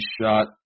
shot